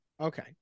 okay